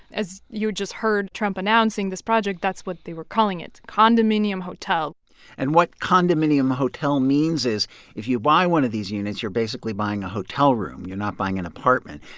as you just heard trump announcing this project, that's what they were calling it, condominium hotel and what condominium hotel means is if you buy one of these units, you're basically buying a hotel room. you're not buying an apartment.